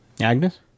agnes